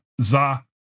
za